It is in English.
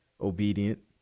obedient